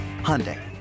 Hyundai